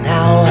Now